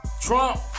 Trump